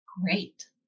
Great